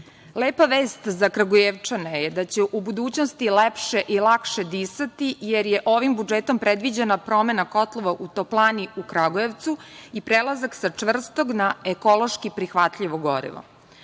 Lepa vest za Kragujevčane je da će u budućnosti lepše i lakše disati, jer je ovim budžetom predviđena promena kotlova u toplani u Kragujevcu i prelazak sa čvrstog na ekološki prihvatljivo gorivo. Pošto